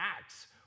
Acts